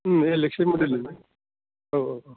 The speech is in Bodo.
एलेकसन रायलायनो औ औ